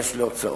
להיכנס להוצאות.